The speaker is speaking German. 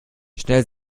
schnell